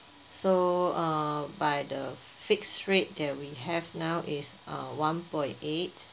so uh by the fixed rate that we have now is uh one point eight